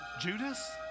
Judas